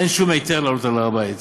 אין שום היתר לעלות להר-הבית,